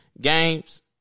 games